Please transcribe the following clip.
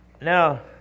Now